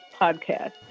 Podcast